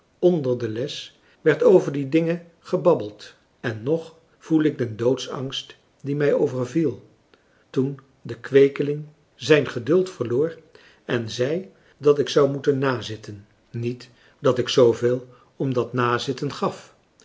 onder de les werd over die dingen gebabbeld en nog voel ik den doodsangst die mij overviel toen de kweekeling zijn geduld verloor en zei dat ik zou moeten nazitten niet dat ik zooveel om dat nazitten gaf